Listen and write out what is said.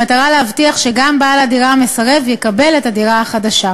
במטרה להבטיח שגם בעל הדירה המסרב יקבל את הדירה החדשה.